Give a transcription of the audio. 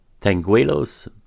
Tanguelos